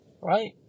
right